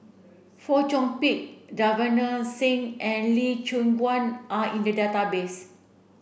Fong Chong Pik Davinder Singh and Lee Choon Guan are in the database